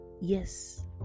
Yes